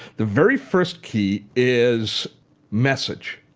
the very first key is message,